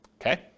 okay